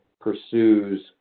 pursues